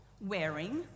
wearing